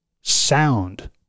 sound